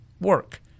Work